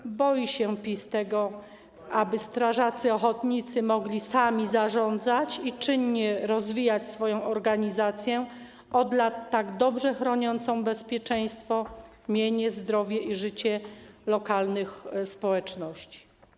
PiS boi się tego, aby strażacy ochotnicy mogli sami zarządzać i czynnie rozwijać swoją organizację, od lat tak dobrze chroniącą bezpieczeństwo, mienie, zdrowie i życie lokalnych społeczności.